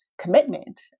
commitment